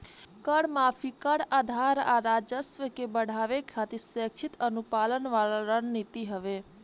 कर माफी, कर आधार आ राजस्व के बढ़ावे खातिर स्वैक्षिक अनुपालन वाला रणनीति हवे